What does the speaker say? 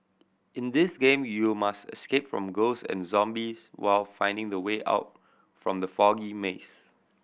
in this game you must escape from ghosts and zombies while finding the way out from the foggy maze